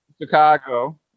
Chicago